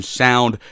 sound